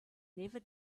never